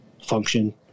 function